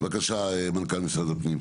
בבקשה, מנכ"ל משרד הפנים.